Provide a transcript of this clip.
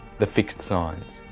the fixed signs.